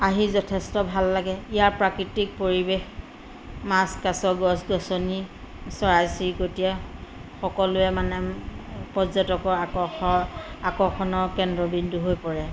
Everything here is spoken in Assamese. আহি যথেষ্ট ভাল লাগে ইয়াৰ প্ৰাকৃতিক পৰিৱেশ মাছ কাছ গছ গছনি চৰাই চিৰিকটীয়ে সকলোৱে মানে পৰ্যটকৰ আকৰ্ষ আকৰ্ষণৰ কেন্দ্ৰবিন্দু হৈ পৰে